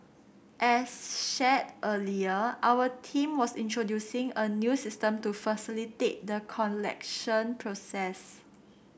as shared earlier our team was introducing a new system to facilitate the collection process